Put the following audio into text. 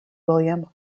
william